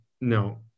no